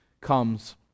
comes